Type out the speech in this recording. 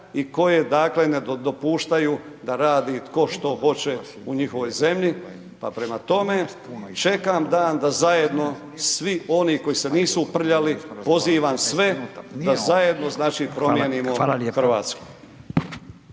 i koje dakle ne dopuštaju da radi tko što hoće u njihovoj zemlji, pa prema tome čekam dan da zajedno svi oni koji se nisu uprljali, pozivam sve da zajedno znači promijenimo Hrvatsku.